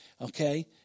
Okay